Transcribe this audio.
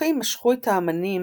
הפרחים משכו את האמנים